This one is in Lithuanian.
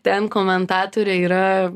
ten komentatoriai yra